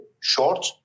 short